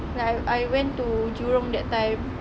like I I went to jurong that time